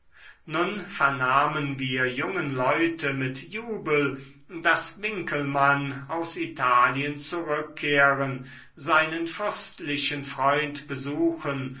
nun vernahmen wir jungen leute mit jubel daß winckelmann aus italien zurückkehren seinen fürstlichen freund besuchen